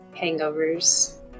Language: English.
hangovers